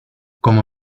como